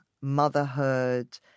motherhood